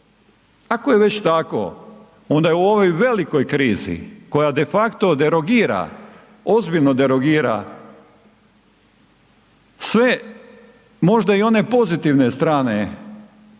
Ako je već tako onda je u ovoj velikoj krizi koja de facto derogira, ozbiljno derogira sve možda i one pozitivne strane